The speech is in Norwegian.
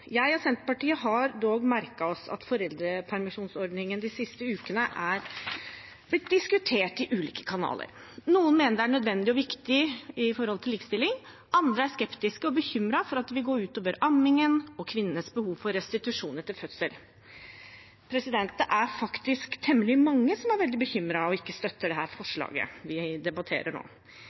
Jeg og Senterpartiet har dog merket oss at foreldrepermisjonsordningen de siste ukene er blitt diskutert i ulike kanaler. Noen mener det er nødvendig og viktig for likestilling, andre er skeptiske og bekymret for at det vil gå ut over ammingen og kvinnenes behov for restitusjon etter fødsel. Det er faktisk temmelig mange som er veldig bekymret og ikke støtter dette forslaget som vi debatterer nå.